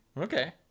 Okay